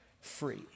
free